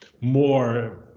more